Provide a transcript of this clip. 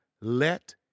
let